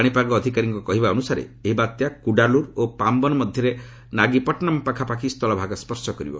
ପାଣିପାଗ ଅଧିକାରୀଙ୍କ କହିବା ଅନୁସାରେ ଏହି ବାତ୍ୟା କୁଡାଲୁର୍ ଓ ପାମ୍ଘନ୍ ମଧ୍ୟରେ ନାଗିପଟନମ୍ ପାଖାପାଖି ସ୍ଥଳଭାଗ ସ୍ୱର୍ଶ କରିବ